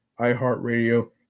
iHeartRadio